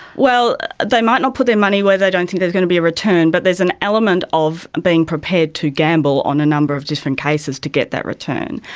well, they might not put their money where they don't think there's going to be a return, but there's an element of being prepared to gamble on a number of different cases to get that return.